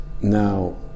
now